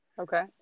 Okay